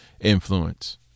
influence